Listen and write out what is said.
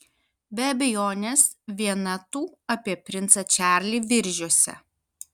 be abejonės viena tų apie princą čarlį viržiuose